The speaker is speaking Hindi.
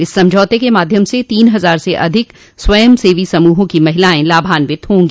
इस समझौते के माध्यम से तीन हजार से अधिक स्वयं सेवी समूहों की महिलाएं लाभान्वित होंगी